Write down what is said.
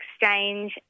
Exchange